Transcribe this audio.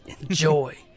Enjoy